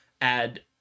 add